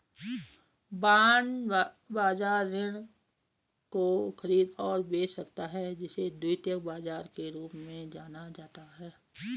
bond बाजार ऋण को खरीद और बेच सकता है जिसे द्वितीयक बाजार के रूप में जाना जाता है